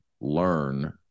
learn